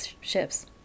ships